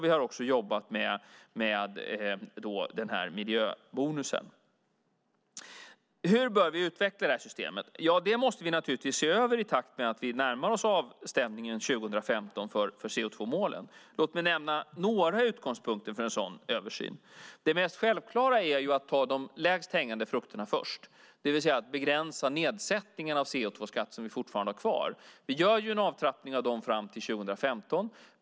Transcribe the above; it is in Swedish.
Vi har också jobbat med miljöbonusen. Hur bör vi utveckla det här systemet? Ja, det måste vi naturligtvis se över i takt med att vi närmar oss avstämningen 2015 för CO2-målen. Låt mig nämna några utgångspunkter för en sådan översyn. Det mest självklara är att ta de lägst hängande frukterna först, det vill säga att begränsa nedsättningen av de CO2-skatter som vi fortfarande har kvar. Vi gör en avtrappning av dem fram till 2015.